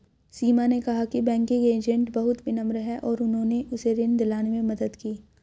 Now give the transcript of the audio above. सीमा ने कहा कि बैंकिंग एजेंट बहुत विनम्र हैं और उन्होंने उसे ऋण दिलाने में मदद की